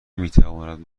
میتواند